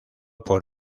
por